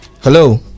Hello